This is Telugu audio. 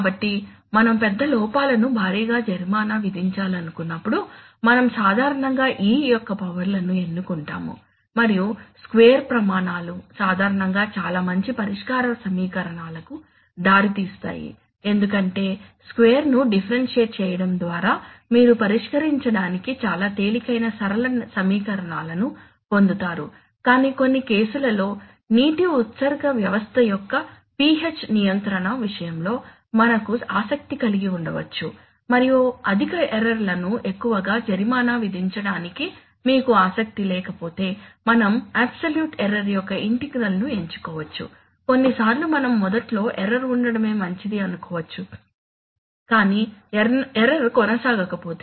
కాబట్టి మనం పెద్ద లోపాలను భారీగా జరిమానా విధించాలనుకున్నప్పుడు మనం సాధారణంగా E యొక్క పవర్ లను ఎన్నుకుంటాము మరియు స్క్వేర్ ప్రమాణాలు సాధారణంగా చాలా మంచి పరిష్కార సమీకరణాలకు దారి తీస్తాయి ఎందుకంటే స్క్వేర్ ను డిఫరెన్షియేట్ చేయడం ద్వారా మీరు పరిష్కరించడానికి చాలా తేలికైన సరళ సమీకరణాలను పొందుతారు కానీ కొన్ని కేసులలో నీటి ఉత్సర్గ వ్యవస్థ యొక్క PH నియంత్రణ విషయంలో మనకు ఆసక్తి కలిగి ఉండవచ్చు మరియు అధిక ఎర్రర్ లను ఎక్కువగా జరిమానా విధించటానికి మీకు ఆసక్తి లేకపోతే మనం అబ్సోల్యూట్ ఎర్రర్ యొక్క ఇంటిగ్రల్ ను ఎంచుకోవచ్చు కొన్నిసార్లు మనం మొదట్లో ఎర్రర్ ఉండటమే మంచిది అనుకోవచ్చు కాని ఎర్రర్ కొనసాగకపోతే